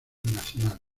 nacional